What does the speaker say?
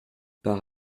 par